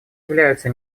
являются